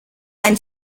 ein